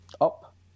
up